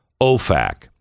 OFAC